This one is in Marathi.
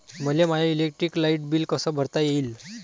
मले माय इलेक्ट्रिक लाईट बिल कस भरता येईल?